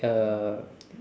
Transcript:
uh